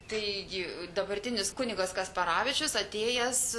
taigi dabartinis kunigas kasparavičius atėjęs